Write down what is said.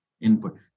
input